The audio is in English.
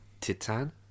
Titan